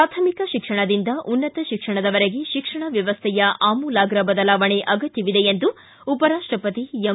ಪ್ರಾಥಮಿಕ ಶಿಕ್ಷಣದಿಂದ ಉನ್ನತ ಶಿಕ್ಷಣದವರೆಗೆ ಶಿಕ್ಷಣ ವ್ಯವಸ್ಥೆಯ ಅಮೂಲಾಗ್ರ ಬದಲಾವಣೆ ಅಗತ್ಯವಿದೆ ಎಂದು ಉಪರಾಷ್ಟಪತಿ ಎಂ